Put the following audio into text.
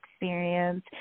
experience